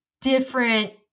different